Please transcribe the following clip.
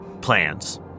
plans